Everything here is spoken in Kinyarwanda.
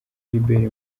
gilbert